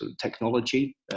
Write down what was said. technology